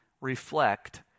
reflect